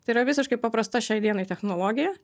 tai yra visiškai paprasta šiai dienai technologija